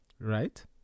Right